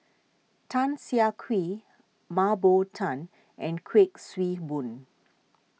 Tan Siah Kwee Mah Bow Tan and Kuik Swee Boon